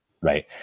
right